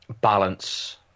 balance